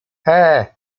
eee